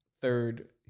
third